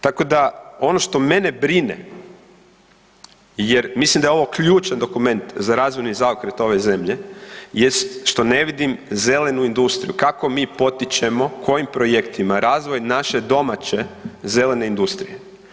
Tako da ono što mene brine jer mislim da je ovo ključan dokument za razvojni zaokret ove zemlje jest što ne vidim zelenu industriju, kako mi potičemo, kojim projektima razvoj naše domaće zelene industrije?